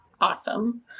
Awesome